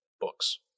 books